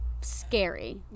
scary